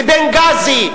בבנגאזי,